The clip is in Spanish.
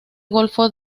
golfo